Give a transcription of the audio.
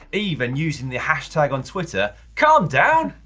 even using the hashtag on twitter, calm down.